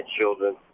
children